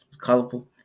colorful